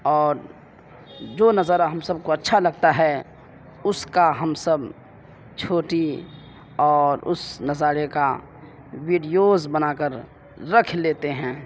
اور جو نظارہ ہم سب کو اچھا لگتا ہے اس کا ہم سب چھوٹی اور اس نظارے کا ویڈیوز بنا کر رکھ لیتے ہیں